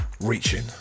reaching